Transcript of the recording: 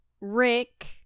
Rick